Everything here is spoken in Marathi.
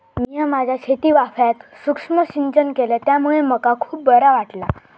मिया माझ्या शेतीवाफ्यात सुक्ष्म सिंचन केलय त्यामुळे मका खुप बरा वाटला